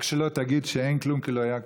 רק שלא תגיד שאין כלום כי לא היה כלום.